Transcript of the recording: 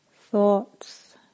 thoughts